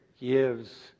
gives